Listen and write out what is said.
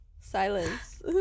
Silence